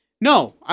No